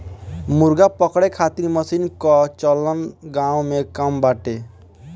मुर्गा पकड़े खातिर मशीन कअ चलन गांव में कम बाटे